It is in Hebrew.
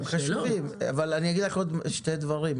אני אגיד לך עוד שני דברים.